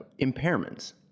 impairments